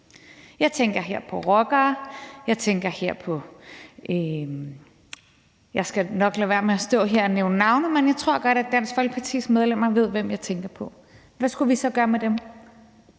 Jeg tænker her på rockere. Jeg tænker her på andre – jeg skal nok lade være med at stå her og nævne navne, men jeg tror godt, at Dansk Folkepartis medlemmer ved, hvem jeg tænker på. Hvad skulle vi så gøre med dem?